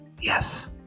Yes